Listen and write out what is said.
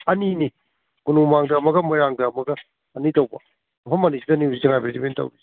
ꯑꯅꯤꯅꯤ ꯀꯣꯅꯨꯡ ꯃꯃꯥꯡꯗ ꯑꯃꯒ ꯃꯣꯏꯔꯥꯡꯗ ꯑꯃꯒ ꯑꯅꯤ ꯇꯧꯕ ꯃꯐꯝ ꯑꯅꯤꯁꯤꯗꯅꯤ ꯍꯧꯖꯤꯛ ꯁꯥꯉꯥꯏ ꯐꯦꯁꯇꯤꯕꯦꯜ ꯇꯧꯏ